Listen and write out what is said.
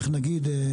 איך נגיד,